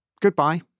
Goodbye